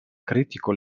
critico